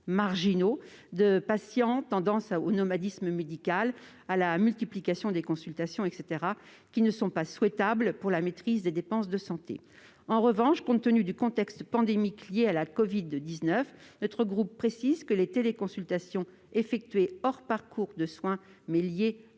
marginaux- tendance au nomadisme médical ou à la multiplication des consultations -, qui ne sont pas souhaitables pour la maîtrise des dépenses de santé. En revanche, compte tenu du contexte pandémique lié à la covid-19, notre groupe précise que les téléconsultations effectuées hors parcours de soins, mais en rapport